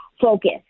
focus